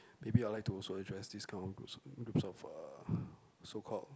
maybe I'll like to also address this kind of groups groups of uh so called